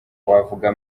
wavuga